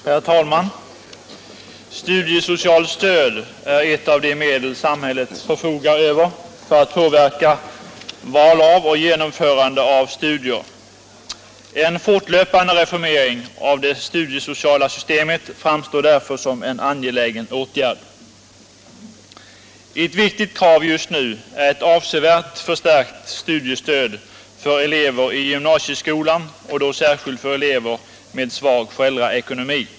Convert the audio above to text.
Herr talman! Studiesocialt stöd är ett av de medel samhället förfogar över för att påverka val av och genomförande av studier. En fortlöpande reformering av det studiesociala systemet framstår därför som en angelägen åtgärd. Ett viktigt krav just nu är ett avsevärt förstärkt studiestöd för elever i gymnasieskolan och då särskilt för elever med svag föräldraekonomi.